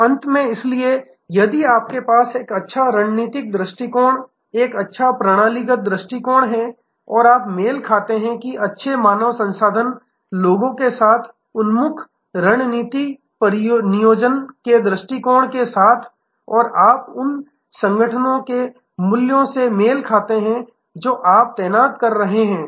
तो अंत में इसलिए यदि आपके पास एक अच्छा रणनीतिक दृष्टिकोण और एक अच्छा प्रणालीगत दृष्टिकोण है और आप मेल खाते हैं कि अच्छे मानव संसाधन लोगों के साथ उन्मुख रणनीति परिनियोजन के दृष्टिकोण के साथ और आप उन संगठनों के मूल्यों से मेल खाते हैं जो आप तैनात कर रहे हैं